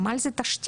נמל זה תשתית.